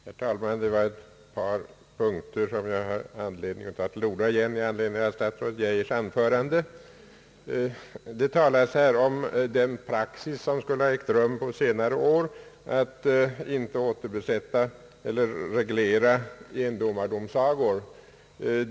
Herr talman! Det var ett par punkter i statsrådet Geijers anförande som gav mig anledning att på nytt ta till orda. Han talade om den praxis, som skulle ha gällt under senare år, att inte återbesätta tjänster i endomardomsagor.